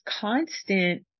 constant